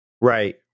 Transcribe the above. Right